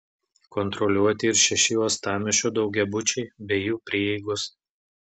kontroliuoti ir šeši uostamiesčio daugiabučiai bei jų prieigos